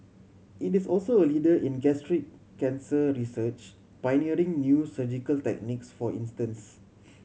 it is also a leader in gastric cancer research pioneering new surgical techniques for instance